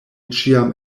ĉiam